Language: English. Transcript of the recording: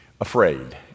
afraid